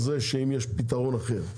האם יש פתרון אחר,